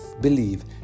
believe